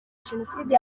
jenoside